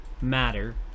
matter